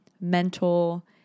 mental